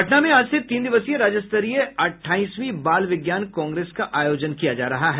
पटना में आज से तीन दिवसीय राज्य स्तरीय अट्ठाईसवीं बाल विज्ञान कांग्रेस का आयोजन किया जा रहा है